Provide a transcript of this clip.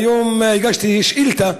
היום הגשתי שאילתה,